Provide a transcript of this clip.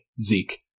Zeke